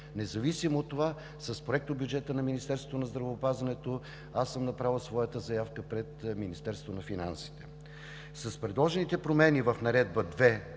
Независимо от това, с проектобюджета на Министерството на здравеопазването аз съм направил своята заявка пред Министерството на финансите. С предложените промени в Наредба №